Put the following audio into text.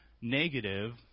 negative